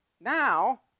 now